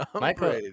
Michael